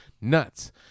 Nuts